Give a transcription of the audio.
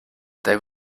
they